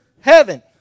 heaven